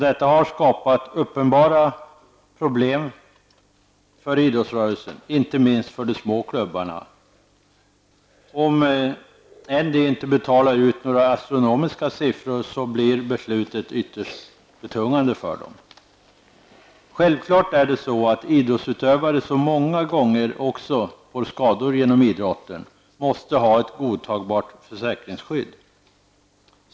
Detta har skapat uppenbara problem för idrottsrörelsen, inte minst för de små klubbarna. Om de än inte betalar ut några astronomiska siffror, blir beslutet ytterst betungande för dem. Självklart måste idrottsutövare, som många gånger också får skador genom idrotten, ha ett godtagbart försäkringsskydd.